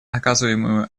оказываемую